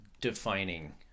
defining